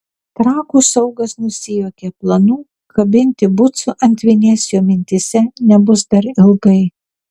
trakų saugas nusijuokė planų kabinti bucų ant vinies jo mintyse nebus dar ilgai